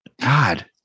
God